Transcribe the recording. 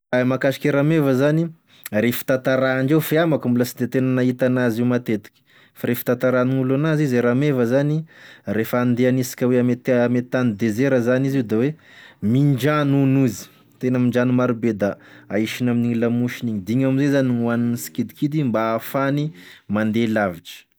E mahakasiky rameva zany raha e fitantarandre f'iaho manko sy de tena mahita an' azy io matetika fa raha e fitantaran'olo en'azy izy e rameva zany refa andeha anisika hoe andeha ame t- tany dezera zany mindrano hono izy tena mindrano marobe da ahisiny amelamosiny d'igny amizay zany gn'ohaniny sikidikidy mba ahafahany mandeha lavitry.